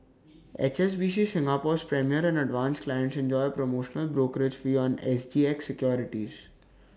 H S B C Singapore's premier and advance clients enjoy A promotional brokerage fee on S G X securities